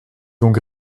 donc